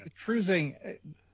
Cruising